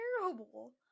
terrible